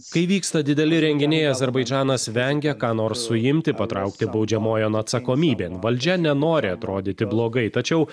kai vyksta dideli renginiai azerbaidžanas vengia ką nors suimti patraukti baudžiamojon atsakomybėn valdžia nenori atrodyti blogai tačiau